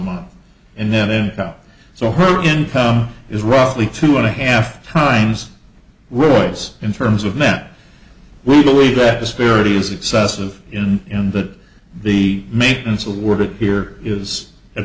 month and then so her income is roughly two and a half times royce in terms of net we believe that disparity is excessive in that the maintenance awarded here is an